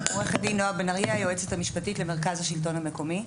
עורכת הדין והיועצת המשפטית למרכז השלטון המקומי.